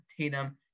Tatum